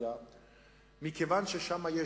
דפלציה מכיוון ששם יש